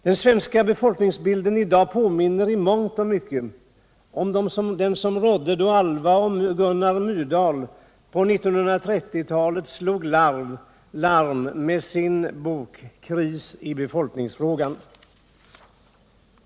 Den svenska befolkningsbilden i dag påminner i mångt och mycket om den som rådde då Alva och Gunnar Myrdal på 1930-talet slog larm med sin bok Kris i befolkningsfrågan.